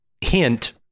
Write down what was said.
hint